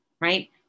right